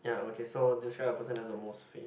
ya okay so describe the person that's the most famous